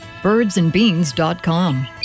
Birdsandbeans.com